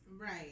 right